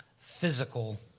physical